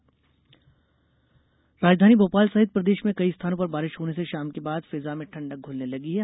मौसम राजधानी भोपाल सहित प्रदेश में कई स्थानों पर बारिश होने से शाम के बाद फिजां में ठंडक घुलने लगी है